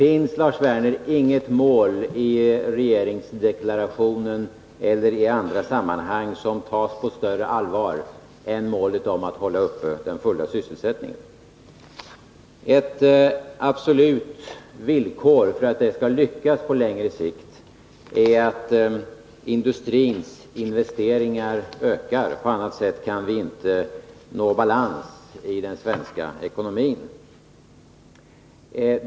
Inget av de mål som angivits i regeringsdeklarationen eller i andra sammanhang tas på större allvar än målet den fulla sysselsättningen. Ett absolut villkor för att det skall uppnås på längre sikt är att industrins investeringar ökar. På annat sätt kan vi inte nå balans i den svenska ekonomin.